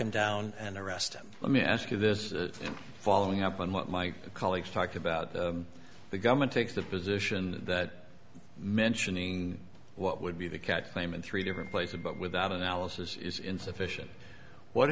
him down and arrest him let me ask you this following up on what my colleagues talk about the government takes the position that mentioning what would be the cat's name in three different places but without analysis is insufficient what